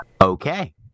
okay